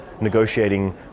negotiating